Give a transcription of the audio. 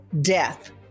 death